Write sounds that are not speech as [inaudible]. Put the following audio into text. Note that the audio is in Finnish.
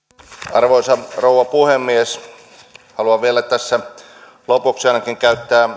arvoisa rouva puhemies haluan vielä tässä lopuksi käyttää [unintelligible]